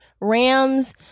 Ram's